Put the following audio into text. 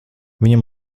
viņam